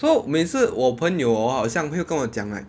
so 每次我朋友 hor 好像会跟我讲 like